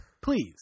Please